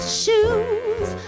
shoes